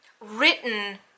written